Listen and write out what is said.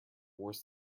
worse